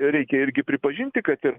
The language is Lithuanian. reikia irgi pripažinti kad ir